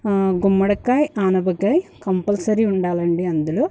గుమ్మడికాయ అనపకాయ కంపల్సరీ ఉండాలండి అందులో